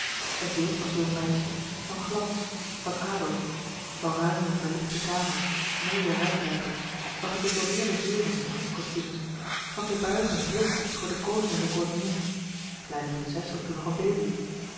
zij hield als jong meisje van glans van adel van ruime verlichte kamers mooie rijtuigen van gedecoreerde heeren en hofcostumes van te buigen heel diep voor den koning en de koningin de kleine prinses was toen nog een baby